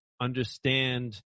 understand